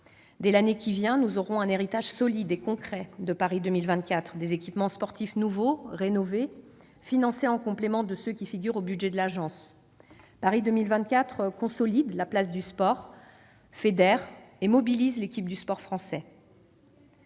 Dès l'année qui vient, nous disposerons d'un héritage solide et concret de Paris 2024 : des équipements sportifs nouveaux ou rénovés, financés en complément de ceux qui figurent au budget de l'Agence. Paris 2024 consolide la place du sport, fédère et mobilise l'équipe du sport français.